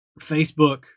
Facebook